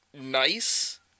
nice